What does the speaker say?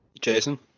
Jason